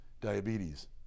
diabetes